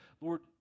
Lord